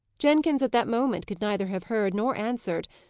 jenkins at that moment could neither have heard nor answered,